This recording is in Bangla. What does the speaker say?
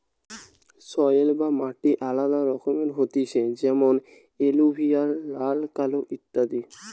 সয়েল বা মাটি আলাদা রকমের হতিছে যেমন এলুভিয়াল, লাল, কালো ইত্যাদি